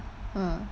!huh!